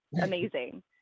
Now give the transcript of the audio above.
amazing